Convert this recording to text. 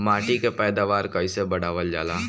माटी के पैदावार कईसे बढ़ावल जाला?